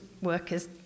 workers